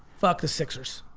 fuck the sixers,